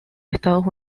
estados